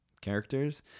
characters